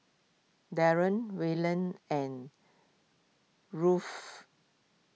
Wayland and